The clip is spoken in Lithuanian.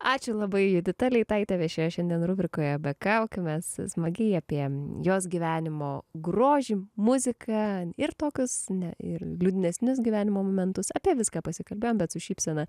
ačiū labai judita leitaitė viešėjo šiandien rubrikoje be kaukių mes smagiai apie jos gyvenimo grožį muziką ir tokius ne ir liūdnesnius gyvenimo momentus apie viską pasikalbėjom bet su šypsena